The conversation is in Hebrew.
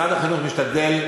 משרד החינוך משתדל,